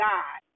God